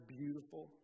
beautiful